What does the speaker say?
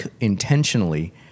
intentionally